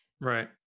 Right